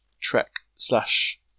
Trek-slash-